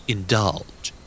Indulge